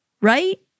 right